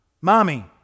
Mommy